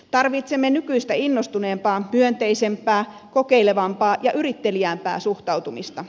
tarvitsemme nykyistä innostuneempaa myönteisempää kokeilevampaa ja yritteliäämpää suhtautumista